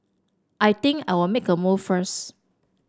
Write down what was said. I think I'll make a move first